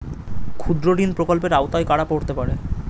ক্ষুদ্রঋণ প্রকল্পের আওতায় কারা পড়তে পারে?